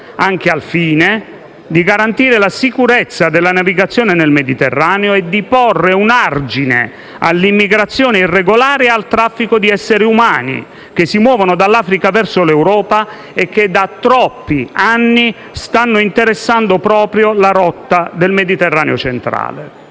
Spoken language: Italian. anche al fine di garantire la sicurezza della navigazione nel Mediterraneo e di porre un argine all'immigrazione irregolare e al traffico di esseri umani che si muovono dall'Africa verso l'Europa e che da troppi anni stanno interessando proprio la rotta del Mediterraneo centrale.